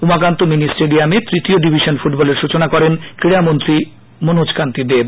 Umakanta mini স্টেডিয়ামে তৃতীয় division ফুটবলের সচনা করেন ক্রীডামন্ত্রী মনোজ কান্তি দেব